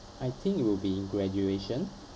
I think it will be in graduation